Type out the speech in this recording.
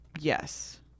Yes